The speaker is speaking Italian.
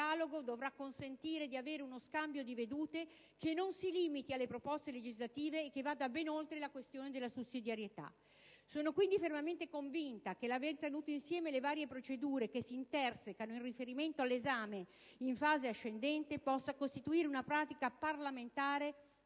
il dialogo dovrà consentire di avere uno scambio di vedute che non si limiti alle proposte legislative e che vada ben oltre la questione della sussidiarietà. Sono quindi fermamente convinta che l'aver tenuto insieme le varie procedure che si intersecano in riferimento all'esame in fase ascendente possa costituire una pratica parlamentare